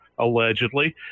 allegedly